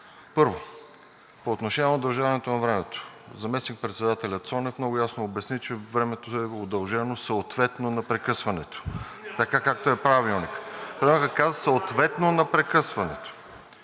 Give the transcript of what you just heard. Първо, по отношение удължаването на времето. Заместник-председателят Цонев много ясно обясни, че времето е удължено съответно на прекъсването, както е в Правилника. Правилникът казва „съответно на прекъсването“